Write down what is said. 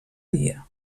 dia